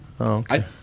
okay